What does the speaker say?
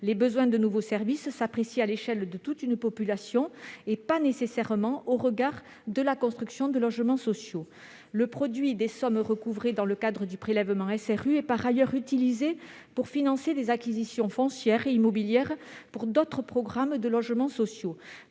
Les besoins en nouveaux services s'apprécient à l'échelle de toute une population, pas nécessairement au regard de la construction de logements sociaux. Le produit des sommes recouvrées dans le cadre du prélèvement SRU est, par ailleurs, utilisé pour financer des acquisitions foncières et immobilières pour d'autres programmes de logements sociaux.